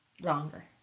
longer